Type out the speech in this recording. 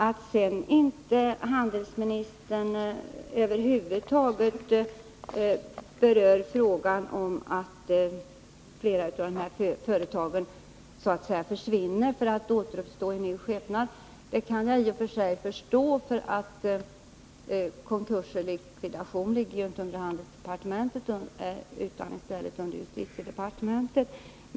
Att inte handelsministern över huvud taget berör frågan om att flera av de här företagen så att säga försvinner för att återuppstå i ny skepnad kan jag i och för sig förstå, för frågor om konkurs och likvidation ligger ju inte under handelsdepartementet utan i stället under justitiedepartementet.